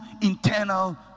internal